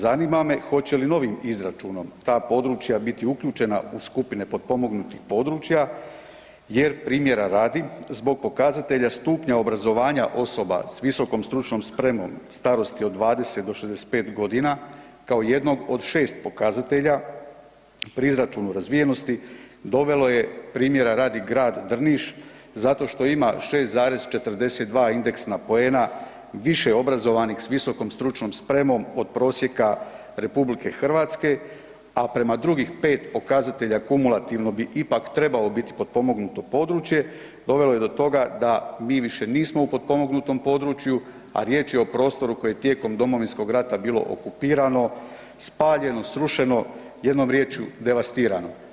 Zanima me hoće li novim izračunom ta područja biti uključena u skupine potpomognutih područja, jer, primjera radi, zbog pokazatelja stupnja obrazovanja osoba s VSS starosti od 20-65 godina kao jednog od 6 pokazatelja, pri izračunu razvijenosti, dovelo je, primjera radi, grad Drniš, zato što ima 6,42 indeksna poena više obrazovanih s VSS od prosjeka RH, a prema drugih 5 pokazatelja kumulativno bi ipak trebao biti potpomognuto područje, dovelo je do toga da mi više nismo u potpomognutom području, a riječ je o prostoru koji je tijekom Domovinskog rata bilo okupirano, spaljeno, srušeno, jednom riječju, devastirano.